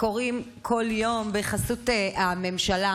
קורים כל היום בחסות הממשלה.